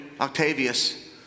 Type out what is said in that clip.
Octavius